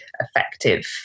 effective